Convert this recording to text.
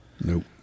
Nope